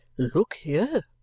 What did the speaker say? look here!